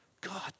God